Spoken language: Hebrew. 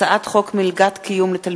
הצעת חוק הפיקוח על שירותים פיננסיים (קופות גמל) (תיקון,